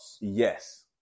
Yes